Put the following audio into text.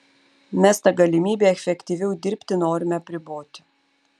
mes tą galimybę efektyviau dirbti norime apriboti